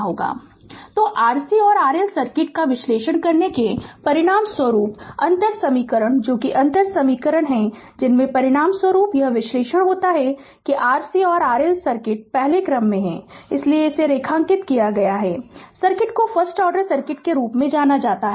Refer Slide Time 0142 तो RC और RL circuit का विश्लेषण करने के परिणामस्वरूप अंतर समीकरण जो कि अंतर समीकरण है जिसके परिणामस्वरूप यह विश्लेषण होता है कि RC और RL सर्किट पहले क्रम के हैं इसलिए इसे रेखांकित किया गया है सर्किट को फर्स्ट आर्डर सर्किट के रूप में जाना जाता है